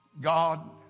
God